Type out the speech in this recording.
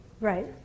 Right